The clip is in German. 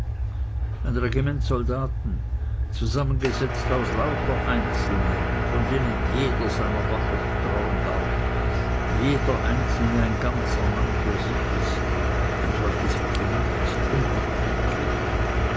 ein regiment soldaten zusammengesetzt aus lauter einzelnen von denen jeder seiner waffe vertrauen darf jeder einzelne ein ganzer mann für sich ist ein solches regiment ist unüberwindlich